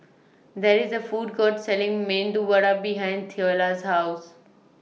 There IS A Food Court Selling Medu Vada behind Theola's House